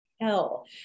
hell